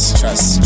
trust